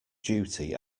duty